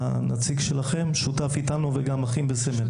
הנציג שלכם שותף איתנו וגם אחים בסמל.